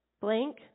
blank